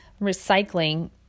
recycling